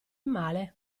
male